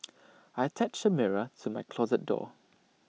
I attached A mirror to my closet door